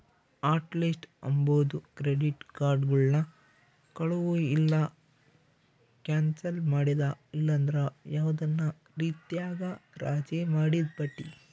hot list ಅಂಬಾದು credit ಕಾರ್ಡುಗುಳ್ನ ಕಳುವು ಇಲ್ಲ ಕ್ಯಾನ್ಸಲ್ ಮಾಡಿದ ಇಲ್ಲಂದ್ರ ಯಾವ್ದನ ರೀತ್ಯಾಗ ರಾಜಿ ಮಾಡಿದ್ ಪಟ್ಟಿ